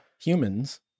humans